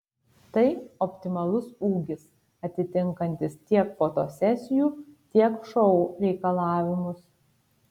tai optimalus ūgis atitinkantis tiek fotosesijų tiek šou reikalavimus